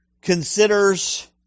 considers